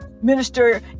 minister